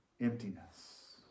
emptiness